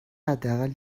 حداقل